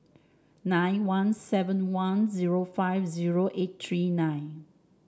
nine one seven one zero five zero eight three nine